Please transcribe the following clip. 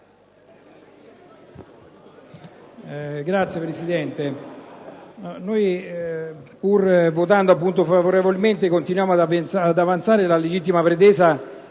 Signor Presidente, pur votando favorevolmente, continuiamo ad avanzare la legittima pretesa